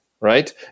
Right